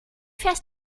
fährst